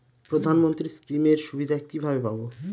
প্রধানমন্ত্রী স্কীম এর সুবিধা কিভাবে পাবো?